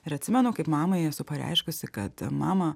ir atsimenu kaip mamai esu pareiškusi kad mama